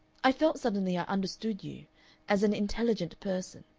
i felt suddenly i understood you as an intelligent person.